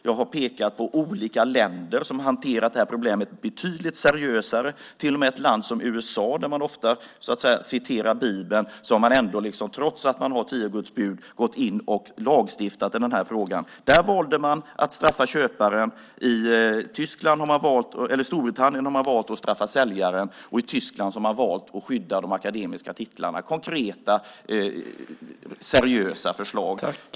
Jag har pekat på olika länder som har hanterat det här problemet betydligt seriösare. Till och med i ett land som USA, där man ofta citerar Bibeln, har man trots att man har tio Guds bud gått in och lagstiftat i den här frågan. Där valde man att straffa köparen. I Storbritannien har man valt att straffa säljaren, och i Tyskland har man valt att skydda de akademiska titlarna. Det är konkreta seriösa förslag.